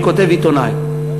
אני כותב: עיתונאי,